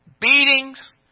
Beatings